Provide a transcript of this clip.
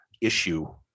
issue